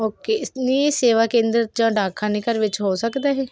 okay ਨਹੀਂ ਸੇਵਾ ਕੇਂਦਰ ਜਾਂ ਡਾਕਖਾਨੇ ਘਰ ਵਿੱਚ ਹੋ ਸਕਦਾ ਇਹ